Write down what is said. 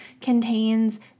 contains